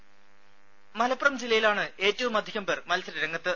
voice Malappuram ജില്ലയിലാണ് ഏറ്റവുമധികം പേർ മത്സരരംഗത്ത്